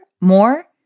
More